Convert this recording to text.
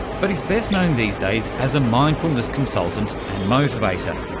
but he's best known these days as a mindfulness consultant and motivator.